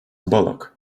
bullock